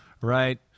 Right